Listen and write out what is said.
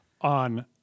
on